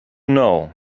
know